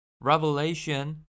Revelation